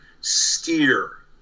steer